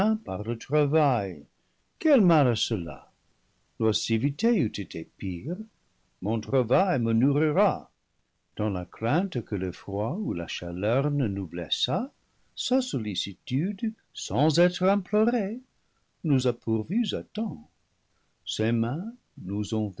par le travail quel mal à cela l'oisiveté eût été pire mon travail me nourrira dans la crainte que le froid ou la chaleur ne nous blessât sa sollicitude sans être implo rée nous a pourvus à temps ses mains nous ont